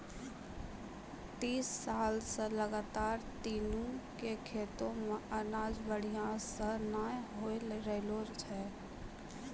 तीस साल स लगातार दीनू के खेतो मॅ अनाज बढ़िया स नय होय रहॅलो छै